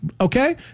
Okay